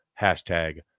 hashtag